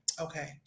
Okay